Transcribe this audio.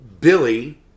Billy